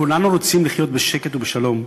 כולנו רוצים לחיות בשקט ובשלום,